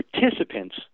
participants